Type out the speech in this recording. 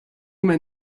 men